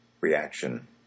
reaction